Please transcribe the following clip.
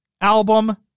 Album